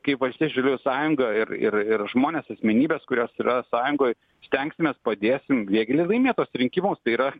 kaip valstiečių žaliųjų sąjunga ir ir ir žmonės asmenybės kurios yra sąjungoj stengsimės padėsim vėgėlei laimėt tuos rinkimus tai yra